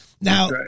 Now